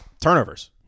Turnovers